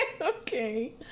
Okay